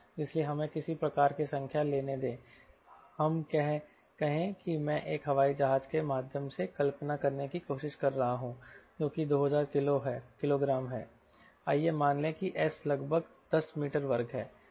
इसलिए हमें किसी प्रकार की संख्या लेने दें हम कहें कि मैं एक हवाई जहाज के माध्यम से कल्पना करने की कोशिश कर रहा हूं जो कि 2000 किलो है आइए मान लें कि S लगभग 10 मीटर वर्ग है